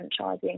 franchising